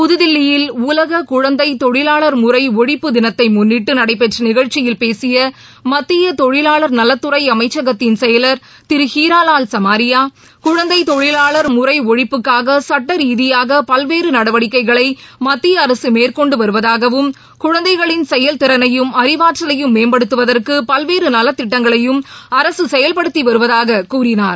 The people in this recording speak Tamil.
புதுதில்லியில் உலக குழந்தை தொழிலாளர் முறை ஒழிப்பு தினத்தை முன்னிட்டு நடைபெற்ற நிகழ்ச்சியில் பேசிய மத்திய தொழிலாளர் நலத்துறை அமைச்சகத்தின் செயலர் திரு ஹீராலால் சுமாரியா குழந்தை தொழிலாளர் முறை ஒழிப்புக்காக சுட்டரீதியாக பல்வேறு நடவடிக்கைகளை செயல்திறனையும் அறிவாற்றலையும் மேம்படுத்துவதற்கு பல்வேறு நலத்திட்டங்களையும் அரசு செயல்படுத்தி வருவதாக கூறினார்